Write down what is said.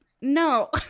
no